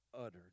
uttered